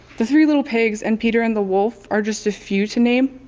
the three little pigs and peter and the wolf are just a few to name,